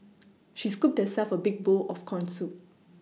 she scooped herself a big bowl of corn soup